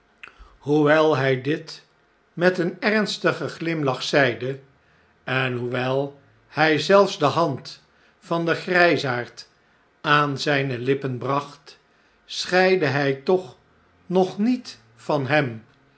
hoewel hjj dit met een ernstigen glimlach zeide en hoewel hij zelfs de hand van den grjjsaard aan zijne lippen bracht scheidde lijj toch nog niet van hem